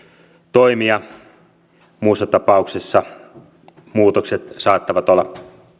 toimia muussa tapauksessa muutokset saattavat olla